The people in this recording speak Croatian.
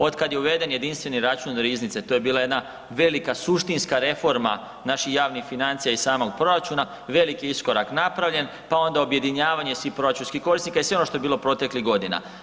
Otkad je uveden jedinstveni račun riznice, to je bila jedna velika suštinska reforma naših javnih financija i samog proračuna, veliki iskorak napravljen pa onda objedinjavanje svih proračunskih korisnika i sve ono što je bilo proteklih godina.